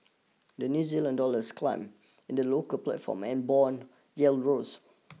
the New Zealand dollars climbed in the local platform and bond yields rose